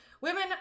Women